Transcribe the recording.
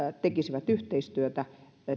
tekisivät yhteistyötä